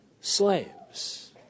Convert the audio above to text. slaves